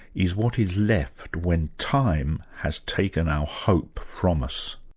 is what is left when time has taken our hope from us.